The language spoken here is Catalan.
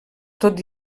tot